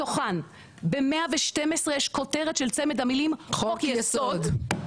מתוכן ב- 112 יש כותרת של צמד המילים חוק יסוד,